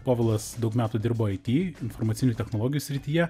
povilas daug metų dirbai tiek informacinių technologijų srityje